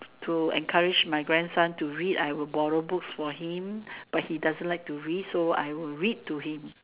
to encourage my grandson to read I will borrow books for him but he doesn't like to read so I will read to him